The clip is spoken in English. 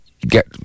get